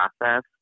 process